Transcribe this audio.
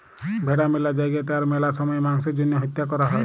ভেড়া ম্যালা জায়গাতে আর ম্যালা সময়ে মাংসের জ্যনহে হত্যা ক্যরা হ্যয়